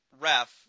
ref